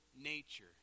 nature